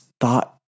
thought